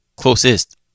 closest